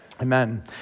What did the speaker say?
Amen